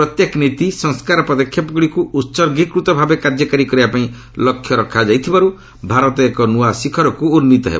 ପ୍ରତ୍ୟେକ ନୀତି ସଂସ୍କାର ପଦକ୍ଷେପଗୁଡ଼ିକୁ ଉତ୍ଗୀକୃତ ଭାବେ କାର୍ଯ୍ୟକାରୀ କରିବା ପାଇଁ ଲକ୍ଷ୍ୟ ରଖାଯାଇଥିବାରୁ ଭାରତ ଏକ ନୂଆ ଶିଖରକୁ ଉନ୍ନୀତ ହେବ